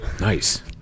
Nice